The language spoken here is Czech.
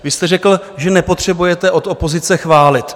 Vy jste řekl, že nepotřebujete od opozice chválit.